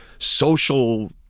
social